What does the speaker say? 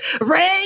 Ray